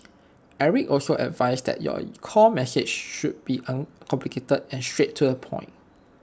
Eric also advised that your core message should be uncomplicated and straight to the point